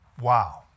Wow